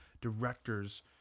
directors